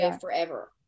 forever